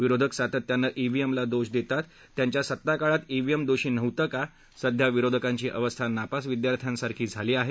विरोधक सातत्यानं ड्हीएमला दोष देतात त्यांच्या सत्ताकाळात व्हेीएम दोषी नव्हतं का सध्या विरोधकांची अवस्था नापास विद्यार्थ्यांसारखी झाली आहे